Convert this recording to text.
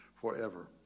forever